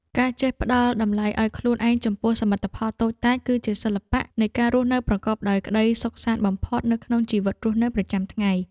ការចេះផ្ដល់តម្លៃឱ្យខ្លួនឯងចំពោះសមិទ្ធផលតូចតាចគឺជាសិល្បៈនៃការរស់នៅប្រកបដោយក្ដីសុខសាន្តបំផុតនៅក្នុងជីវិតរស់នៅប្រចាំថ្ងៃ។